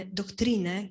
doctrine